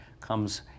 comes